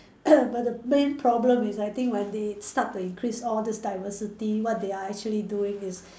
but the main problem is I think when they start to increase all these diversity what they are actually doing is